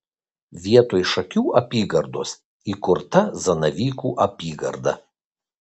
vietoj šakių apygardos įkurta zanavykų apygarda